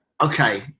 okay